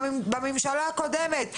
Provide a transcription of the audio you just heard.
גם אם בממשלה הקודמת,